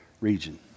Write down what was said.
region